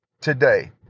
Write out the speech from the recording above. today